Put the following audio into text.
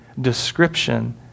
description